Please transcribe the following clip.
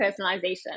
personalization